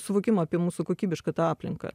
suvokimo apie mūsų kokybišką tą aplinką